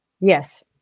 Yes